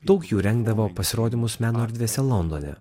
daug jų rengdavo pasirodymus meno erdvėse londone